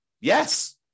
Yes